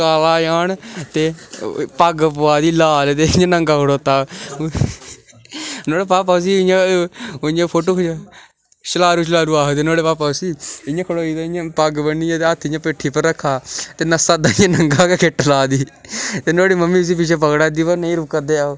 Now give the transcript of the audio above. पग्ग पुआई दी लाल ते इं'या नंगा खड़ोता दा ते नुहाड़े पापा उसी इं'या छलारू छलारू आखदे नुहाड़े पापा उसी इं'या खड़ोई दा पग्ग ब'न्नियै इं'या हत्थ पिच्छें पिट्ठी पर रक्खे दा इं'या गै खिट्ट ला दी पर नुहाड़ी मम्मी नुहाड़े पिच्छें लग्गी दी पर नेईं रुक्का दा ऐ ओह्